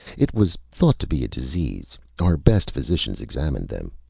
it was thought to be a disease. our best physicians examined them.